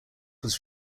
was